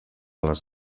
les